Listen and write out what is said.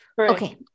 Okay